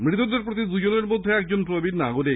মৃতদের প্রতি দুজনের মধ্যে একজন প্রবীণ নাগরিক